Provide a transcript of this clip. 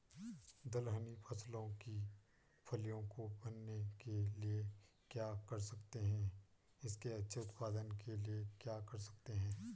दलहनी फसलों की फलियों को बनने के लिए क्या कर सकते हैं इसके अच्छे उत्पादन के लिए क्या कर सकते हैं?